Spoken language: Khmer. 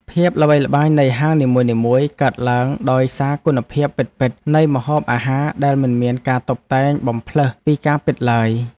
ភាពល្បីល្បាញនៃហាងនីមួយៗកើតឡើងដោយសារគុណភាពពិតៗនៃម្ហូបអាហារដែលមិនមានការតុបតែងបំផ្លើសពីការពិតឡើយ។